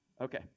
okay